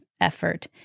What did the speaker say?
effort